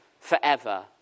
forever